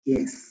Yes